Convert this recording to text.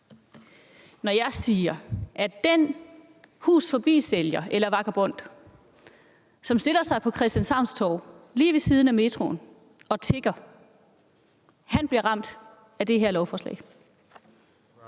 når jeg siger, at den Hus Forbi-sælger eller vagabond, som stiller sig på Christianshavns Torv lige ved siden af metroen og tigger, bliver ramt af det her lovforslag?